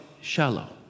shallow